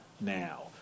now